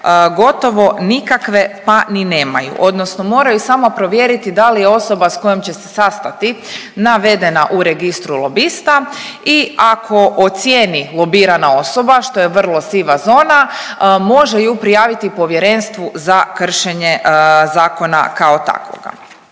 gotovo nikakve pa ni nemaju, odnosno moraju samo provjeriti da li je osoba s kojom će se sastati navedena u registru lobista i ako ocijeni lobirana osoba, što je vrlo siva zona, može ju prijaviti povjerenstvu za kršenje kao takvoga.